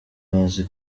azi